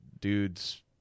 dude's